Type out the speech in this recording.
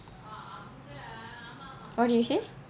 what did you say